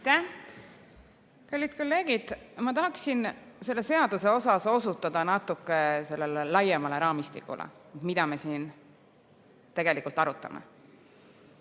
Kallid kolleegid! Ma tahaksin selle seaduse puhul osutada natuke laiemale raamistikule, mida me siin tegelikult arutame.